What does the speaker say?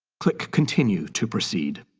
click continue to proceed.